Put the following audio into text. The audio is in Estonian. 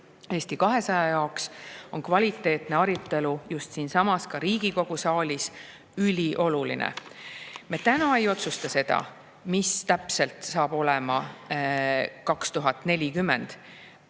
Eesti 200 jaoks on kvaliteetne arutelu ka just siinsamas Riigikogu saalis ülioluline. Me ei otsusta täna, mis täpselt saab aastal 2040,